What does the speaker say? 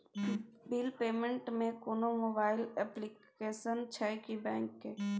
Bill payment ल कोनो mobile application छै की बैंक के?